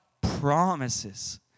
promises